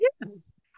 yes